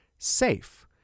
SAFE